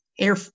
Air